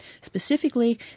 Specifically